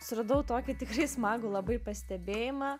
suradau tokį tikrai smagų labai pastebėjimą